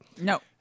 No